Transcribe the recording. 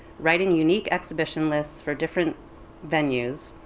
writing unique exhibition lists for different venues,